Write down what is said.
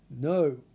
No